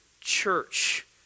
church